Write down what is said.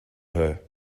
her